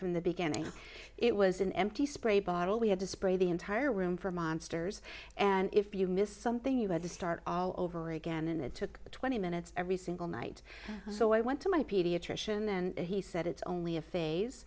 from the beginning it was an empty spray bottle we had to spray the entire room for monsters and if you missed something you had to start all over again and it took twenty minutes every single night so i went to my pediatrician and he said it's only a phase